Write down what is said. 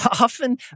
often